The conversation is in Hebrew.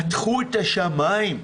פתחו את השמיים.